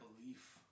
belief